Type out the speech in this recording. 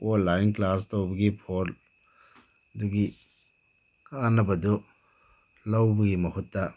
online class ꯇꯧꯕꯒꯤ phone ꯑꯗꯨꯒꯤ ꯀꯥꯟꯅꯕꯗꯨ ꯂꯧꯕꯒꯤ ꯃꯍꯨꯠꯇ